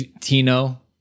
Tino